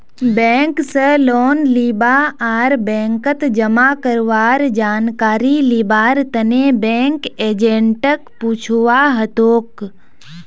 bank स loan लीबा आर बैंकत जमा करवार जानकारी लिबार तने बैंक एजेंटक पूछुवा हतोक